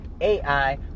AI